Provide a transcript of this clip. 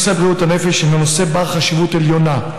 נושא בריאות הנפש הינו נושא בעל חשיבות עליונה,